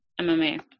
MMA